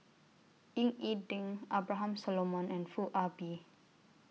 Ying E Ding Abraham Solomon and Foo Ah Bee